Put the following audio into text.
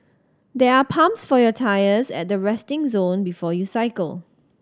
there are pumps for your tyres at the resting zone before you cycle